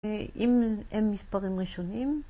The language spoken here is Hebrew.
אם הם מספרים ראשונים?